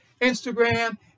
Instagram